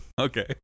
Okay